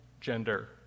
gender